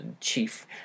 chief